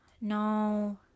no